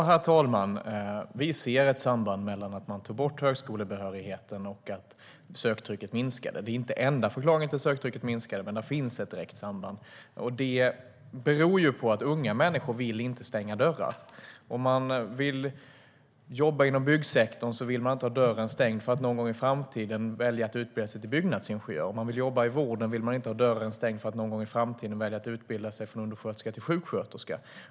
Herr talman! Vi ser ett samband mellan att man tog bort högskolebehörigheten och att söktrycket minskade. Det är inte enda förklaringen till att söktrycket minskade, men det finns ett direkt samband. Det beror på att unga människor inte vill stänga dörrar. Om man vill jobba inom byggsektorn vill man inte ha dörren stängd för att någon gång i framtiden välja att utbilda sig till byggnadsingenjör. Om man vill jobba i vården vill man inte ha dörren stängd för att någon gång i framtiden välja att utbilda sig från undersköterska till sjuksköterska.